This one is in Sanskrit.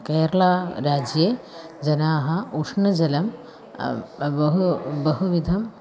केरला राज्ये जनाः उष्णजलं बहु बहुविधं